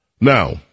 Now